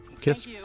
Kiss